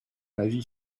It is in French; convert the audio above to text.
avis